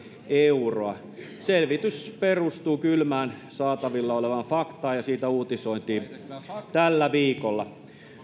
euroa selvitys perustuu kylmään saatavilla olevaan faktaan ja siitä uutisoitiin tällä viikolla